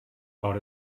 about